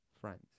friends